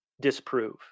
disprove